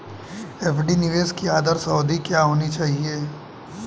FD निवेश की आदर्श अवधि क्या होनी चाहिए?